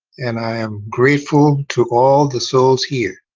and i am grateful to all the souls here.